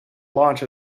launch